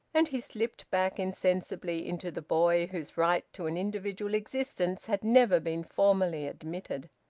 and he slipped back insensibly into the boy whose right to an individual existence had never been formally admitted.